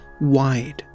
wide